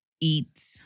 eat